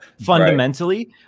fundamentally